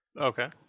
Okay